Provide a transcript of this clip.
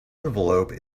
envelope